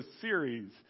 series